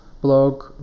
blog